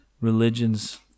religions